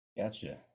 Gotcha